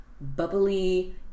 bubbly